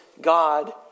God